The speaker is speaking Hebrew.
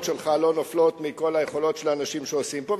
שלך לא נופלות מכל היכולות של האנשים שעושים פה,